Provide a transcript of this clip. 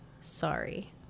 Sorry